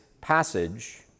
passage